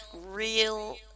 real